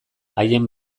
haien